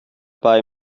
bei